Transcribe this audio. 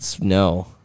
No